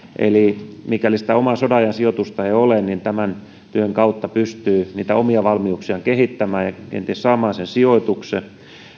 eli mikäli omaa sodanajan sijoitusta ei ole niin tämän työn kautta pystyy omia valmiuksiaan kehittämään ja kenties saamaan sen sijoituksen